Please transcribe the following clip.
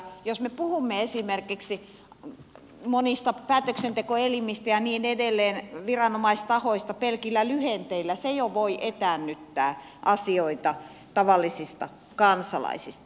jos me puhumme esimerkiksi monista päätöksentekoelimistä ja niin edelleen viranomaistahoista pelkillä lyhenteillä jo se voi etäännyttää asioita tavallisista kansalaisista